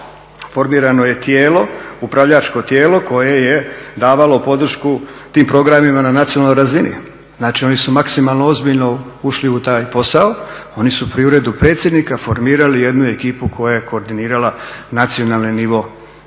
formirano je tijelo, upravljačko tijelo koje je davalo podršku tim programima na nacionalnoj razini. Znači oni su maksimalno ozbiljno ušli u taj posao. Oni su pri Uredu predsjednika formirali jednu ekipu koja je koordinirala nacionalni nivo,